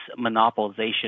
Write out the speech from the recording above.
monopolization